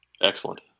Excellent